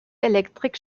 elektrik